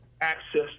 access